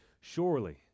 Surely